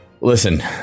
Listen